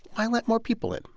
why let more people in?